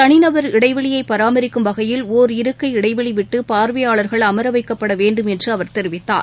தனிநபர் இடைவெளியை பராமரிக்கும் வகையில் ஓர் இருக்கை இடைவெளி விட்டு பார்வையாளர்கள் அமர வைக்கப்பட வேண்டும் என்று அவர் தெரிவித்தார்